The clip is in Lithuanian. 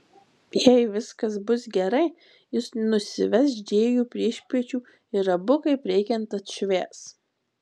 jei viskas bus gerai jis nusives džėjų priešpiečių ir abu kaip reikiant atšvęs